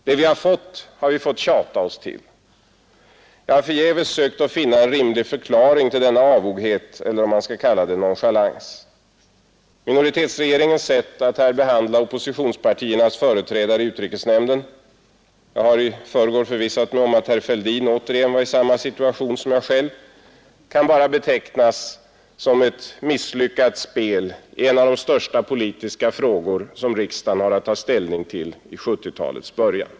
Det vi har fått har vi fått tjata oss till. Jag har förgäves sökt finna en rimlig förklaring till denna avoghet — eller man kanske skall kalla det nonchalans. Minoritetsregeringens sätt att här behandla oppositionspartiernas företrädare i utrikesnämnden — jag har i förrgår förvissat mig om att herr Fälldin återigen var i samma situation som jag själv — kan bara betecknas som ett misslyckat spel i en av de största politiska frågor som riksdagen har att ta ställning till vid 1970-talets början.